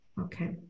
okay